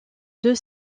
deux